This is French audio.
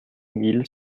mille